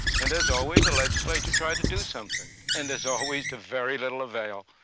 and as always, the legislature tried to do something. and as always. to very little avail.